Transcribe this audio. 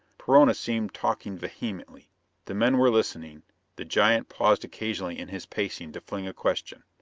perona seemed talking vehemently the men were listening the giant paused occasionally in his pacing to fling a question.